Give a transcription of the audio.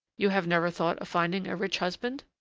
you have never thought of finding a rich husband?